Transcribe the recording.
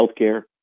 healthcare